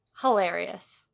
Hilarious